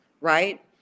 right